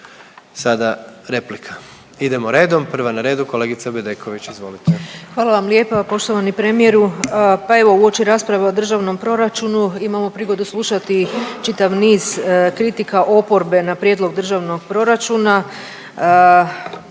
sada replika. Idemo redom, prva na redu kolegica Bedeković, izvolite. **Bedeković, Vesna (HDZ)** Hvala vam lijepa. Poštovani premijeru, pa evo uoči rasprave o Državnom proračunu imamo prigodu slušati čitav niz kritika oporbe na prijedlog Državnog proračuna, dakle u